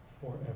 forever